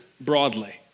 broadly